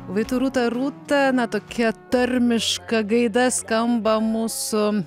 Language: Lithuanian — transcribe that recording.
vai tu rūta rūta na tokia tarmiška gaida skamba mūsų